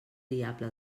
diable